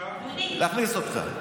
להכניס אותך.